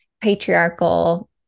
patriarchal